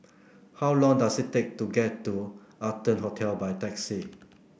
how long does it take to get to Arton Hotel by taxi